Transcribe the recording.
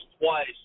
twice